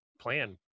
plan